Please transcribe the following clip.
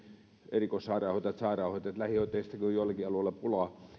erikoissairaanhoitajista sairaanhoitajista ja lähihoitajistakin on joillakin alueilla pulaa